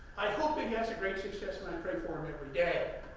i hope he gets a great success and i pray for him every day.